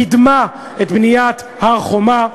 קידמה את בניית הר-חומה.